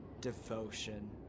Devotion